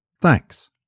Thanks